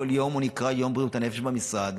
כל יום נקרא יום בריאות הנפש במשרד.